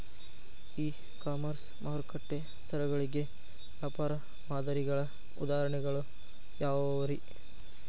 E commerce ಮಾರುಕಟ್ಟೆ ಸ್ಥಳಗಳಿಗೆ ವ್ಯಾಪಾರ ಮಾದರಿಗಳ ಉದಾಹರಣೆಗಳು ಯಾವವುರೇ?